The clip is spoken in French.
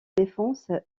défenses